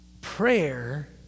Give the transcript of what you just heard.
Prayer